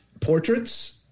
portraits